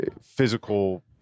physical